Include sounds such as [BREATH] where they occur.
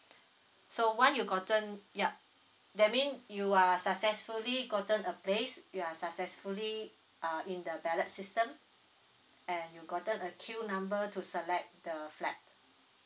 [BREATH] so one you gotten yup that mean you are successfully gotten a place you are successfully uh in the ballot system and you gotten a queue number to select the flat